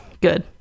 good